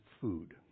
food